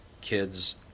kids